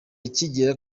akigera